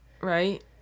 Right